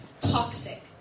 toxic